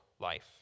life